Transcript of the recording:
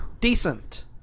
Decent